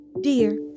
dear